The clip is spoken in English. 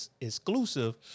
exclusive